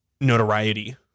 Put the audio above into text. notoriety